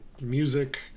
music